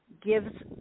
gives